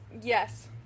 Yes